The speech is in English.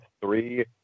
three